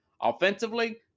Offensively